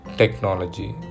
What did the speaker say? technology